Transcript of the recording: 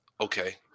okay